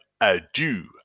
adieu